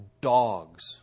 dogs